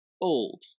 old